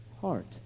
heart